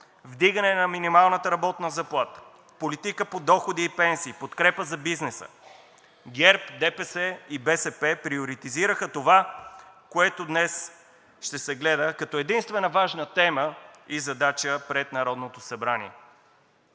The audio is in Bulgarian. вдигане на минималната работна заплата, политика по доходи и пенсии, подкрепа за бизнеса, ГЕРБ, ДПС и БСП приоритизираха това, което днес ще се гледа като единствена важна тема и задача пред Народното събрание.